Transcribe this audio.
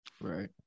Right